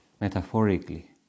metaphorically